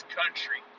country